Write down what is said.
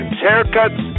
haircuts